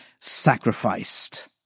sacrificed